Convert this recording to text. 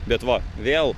bet va vėl